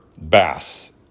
Bass